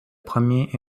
premier